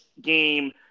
game